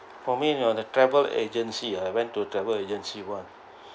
for me you know the travel agency I went to travel agency one